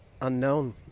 unknown